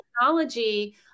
technology